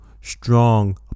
strong